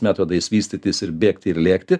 metodais vystytis ir bėgti ir lėkti